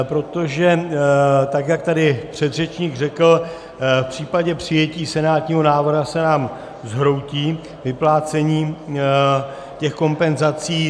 Protože tak jak tady předřečník řekl, v případě přijetí senátního návrhu se nám zhroutí vyplácení těch kompenzací.